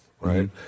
Right